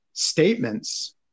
statements